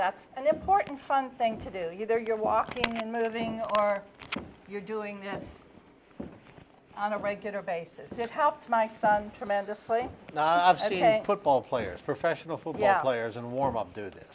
that's an important fun thing to do either you're walking and moving or you're doing this on a regular basis it helps my son tremendously football players professional players in warm up d